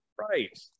right